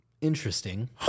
Interesting